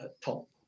top